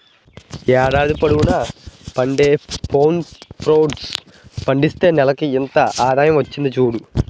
ఏడాది పొడువునా పండే పామ్ ఫ్రూట్ పండిస్తే నెలకింత ఆదాయం వచ్చింది సూడు